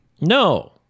No